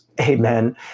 Amen